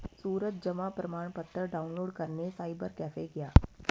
सूरज जमा प्रमाण पत्र डाउनलोड करने साइबर कैफे गया